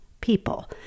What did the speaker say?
People